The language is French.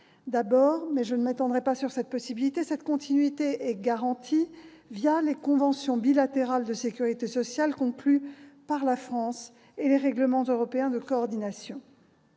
D'abord, mais je ne m'étendrai pas sur cette possibilité, cette continuité est garantie les conventions bilatérales de sécurité sociale conclues par la France et les règlements européens de coordination.